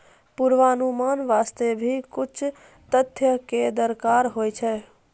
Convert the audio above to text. पुर्वानुमान वास्ते भी कुछ तथ्य कॅ दरकार होय छै